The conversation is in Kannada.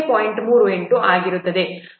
38 ಆಗಿರುತ್ತದೆ